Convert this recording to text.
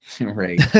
Right